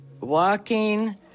walking